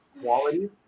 quality